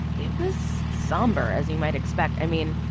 it was somber, as you might expect. i mean,